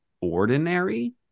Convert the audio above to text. ordinary